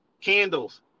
Candles